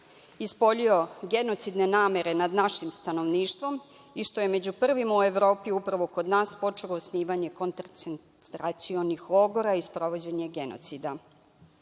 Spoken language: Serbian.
ispoljio genocidne namene nad našim stanovništvom i što je među prvima u Evropi upravo kod nas počelo osnivanje koncentracionih logora i sprovođenje genocida. Jedan